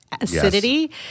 acidity